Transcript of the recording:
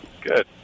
Good